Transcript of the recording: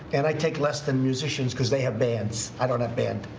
and i take less than musicians because they have bands. i don't have band.